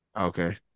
Okay